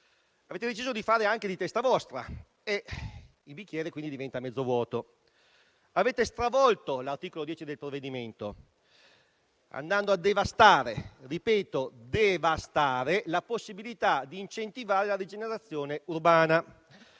avete deciso di fare anche di testa vostra e il bicchiere diventa quindi mezzo vuoto. Avete stravolto l'articolo 10 del provvedimento, andando a devastare - lo ripeto: devastare - la possibilità di incentivare la rigenerazione urbana.